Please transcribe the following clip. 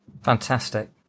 Fantastic